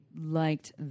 liked